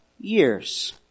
years